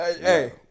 Hey